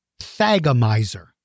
Thagomizer